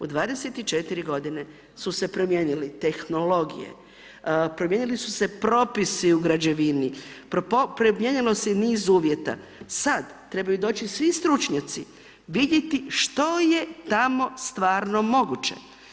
U 24 godine su se promijenili tehnologije, promijenili su se propisi u građevini, mijenjalo se niz uvjeta, sad trebaju doći svi stručnjaci vidjeti što je tamo stvarno moguće.